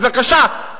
בבקשה,